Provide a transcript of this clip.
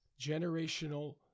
generational